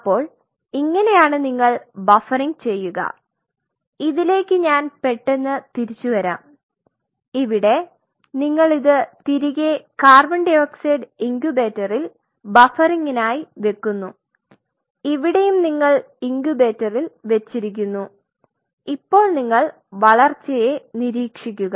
അപ്പോൾ ഇങ്ങനെയാണ് നിങ്ങൾ ബഫറിംഗ് ചെയ്യുക ഇതിലേക്ക് ഞാൻ പെട്ടെന്ന് തിരിച്ചുവരാം ഇവിടെ നിങ്ങൾ ഇത് തിരികെ co2 ഇൻകുബേറ്ററിൽ ബഫറിംഗിനായി വെക്കുന്നു ഇവിടെയും നിങ്ങൾ ഇൻകുബേറ്ററിൽ വെച്ചിരിക്കുന്നു ഇപ്പോൾ നിങ്ങൾ വളർച്ചയെ നിരീക്ഷിക്കുക